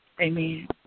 Amen